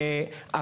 שישית.